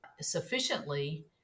sufficiently